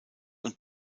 und